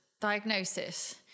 diagnosis